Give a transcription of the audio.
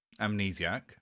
Amnesiac